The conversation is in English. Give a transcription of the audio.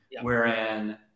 wherein